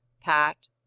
Pat